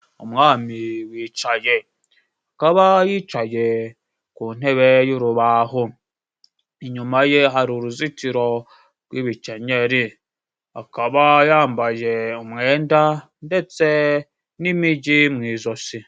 Umwami wicaye, akaba yicaye ku ntebe y'urubaho. Inyuma ye hari uruzitiro rw'ibikenyeri. Akaba yambaye umwenda ndetse n'imijyi mu ijosi.